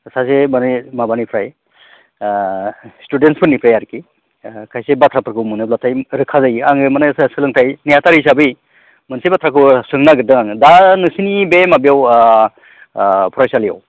सासे माने माबानिफ्राय स्टुडेन्ट्सफोरनिफ्राय आरोखि खायसे बाथ्राफोरखौ मोनोब्लाथाय रोखा जायो आङो माने सोलोंथाइ नेहाथारि हिसाबै मोनसे बाथ्राखौ सोंनो नागिरदों आङो दा नोंसोरनि बे माबायाव फरायसालियाव